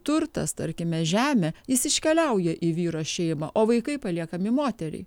turtas tarkime žemė jis iškeliauja į vyro šeimą o vaikai paliekami moteriai